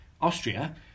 Austria